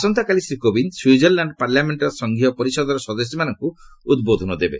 ଆସନ୍ତାକାଲି ଶ୍ରୀ କୋବିନ୍ଦ ସ୍ୱିଜରଲାଣ୍ଡ ପାର୍ଲାମେଣ୍ଟର ସଂଘୀୟ ପରିଷଦର ସଦସ୍ୟମାନଙ୍କୁ ଉଦ୍ଦେବେ